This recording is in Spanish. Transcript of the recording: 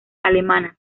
alemanas